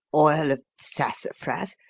oil of sassafras?